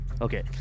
okay